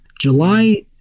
July